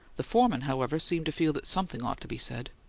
the foreman, however, seemed to feel that something ought to be said.